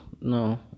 No